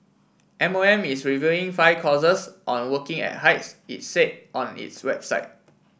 M O M is reviewing five courses on working at heights it said on its website